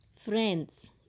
Friends